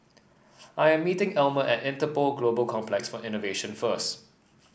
I am meeting Elmer at Interpol Global Complex for Innovation first